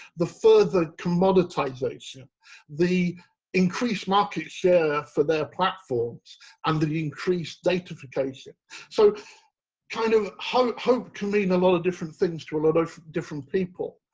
the further commoditization the increase market share for their platforms and the increased data fication so kind of hope hope can mean a lot of different things to a lot of different people.